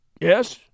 Yes